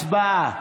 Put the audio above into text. הצבעה.